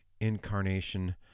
incarnation